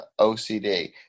OCD